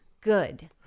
good